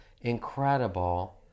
incredible